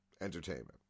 entertainment